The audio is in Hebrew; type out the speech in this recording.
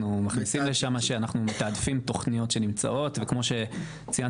אנחנו מכניסים לשם את מה שאנחנו מתעדפים תכניות שנמצאות וכמו שציינתי